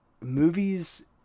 movies